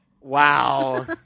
Wow